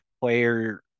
player